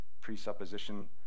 presupposition